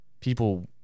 people